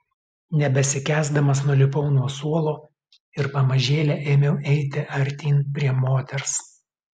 nebesikęsdamas nulipau nuo suolo ir pamažėle ėmiau eiti artyn prie moters